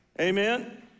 Amen